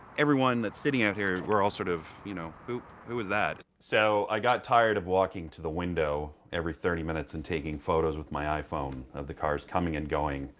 everyone that's sitting out here, we're all sort of, you know who who is that? so i got tired of walking to the window every thirty minutes and taking photos with my iphone of the cars coming and going.